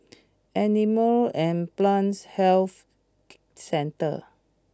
Animal and Plant Health Centre